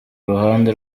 ruhande